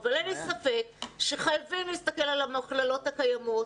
אין לי ספק שחייבים להסתכל על המכללות הקיימות,